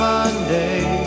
Monday